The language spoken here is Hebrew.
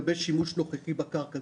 לגבי שימוש לא חוקי בקרקע.